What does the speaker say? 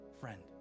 friend